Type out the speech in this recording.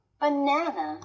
banana